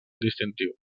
distintiu